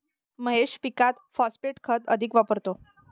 महेश पीकात फॉस्फेट खत अधिक वापरतो